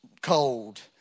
cold